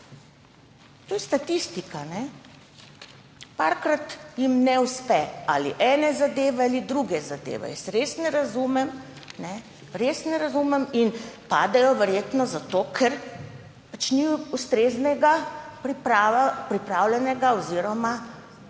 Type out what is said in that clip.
To je statistika. Parkrat jim ne uspe, ali ene zadeve ali druge zadeve. Jaz res ne razumem. Padejo verjetno zato, ker pač niso ustrezno pripravljeni oziroma